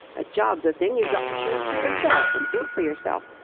a job's a thing you've got to choose for yourself and get for yourself.